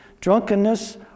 drunkenness